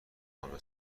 قرمه